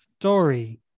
story